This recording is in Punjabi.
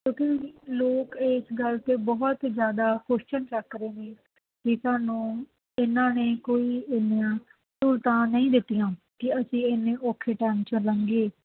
ਕਿਉਂਕਿ ਲੋਕ ਇਸ ਗੱਲ 'ਤੇ ਬਹੁਤ ਜ਼ਿਆਦਾ ਕ੍ਵੇਸ਼ਚਨ ਰੱਖ ਰਹੇ ਵੀ ਸਾਨੂੰ ਇਹਨਾਂ ਨੇ ਕੋਈ ਇੰਨੀਆਂ ਸਹੂਲਤਾਂ ਨਹੀਂ ਦਿੱਤੀਆਂ ਕਿ ਅਸੀਂ ਇੰਨੇ ਔਖੇ ਟਾਈਮ 'ਚੋਂ ਲੰਘੀਏ